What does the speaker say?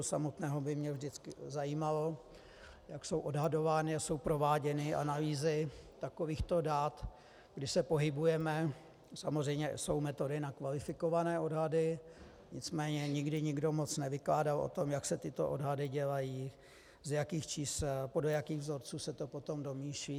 Samotného by mě vždycky zajímalo, jak jsou odhadovány a jsou prováděny analýzy takovýchto dat, kdy se pohybujeme, samozřejmě jsou metody na kvalifikované odhady, nicméně nikdy nikdo moc nevykládal o tom, jak se tyto odhady dělají, z jakých čísel, podle jakých vzorců se to potom domýšlí.